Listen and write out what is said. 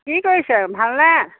কি কৰিছে ভালনে